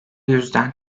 yüzden